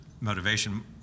motivation